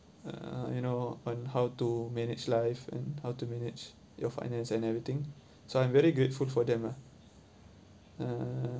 uh you know on how to manage life and how to manage your finance and everything so I am very grateful for them lah uh